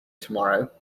tomorrow